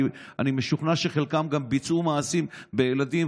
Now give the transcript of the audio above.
אני משוכנע שחלקם גם ביצעו מעשים בילדים,